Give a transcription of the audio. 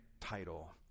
title